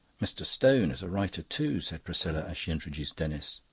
mr. stone is a writer too, said priscilla, as she introduced denis.